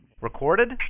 Recorded